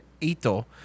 Ito